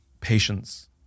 patience